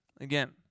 Again